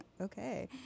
okay